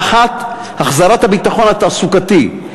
האחת, החזרת הביטחון התעסוקתי.